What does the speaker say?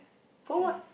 for what